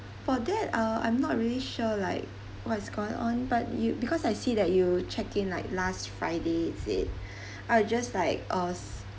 for that uh I'm not really sure like what's going on but you because I see that you checked in like last friday is it I'll just like uh